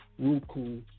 Ruku